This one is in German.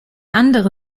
andere